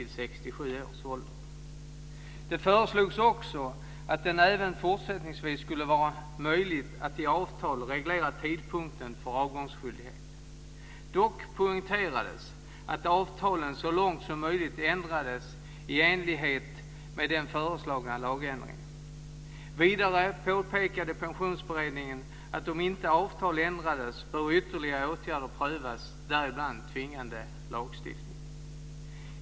I Det föreslogs också att det även fortsättningsvis skulle vara möjligt att i avtal reglera tidpunkten för avgångsskyldighet. Dock poängterades att avtalen så långt som möjligt ändrades i enlighet med den föreslagna lagändringen. Vidare påpekade Pensionsberedningen att om inte avtal ändras bör ytterligare åtgärder prövas, däribland tvingande lagstiftning.